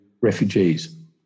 refugees